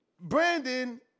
Brandon